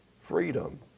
freedom